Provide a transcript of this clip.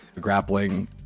grappling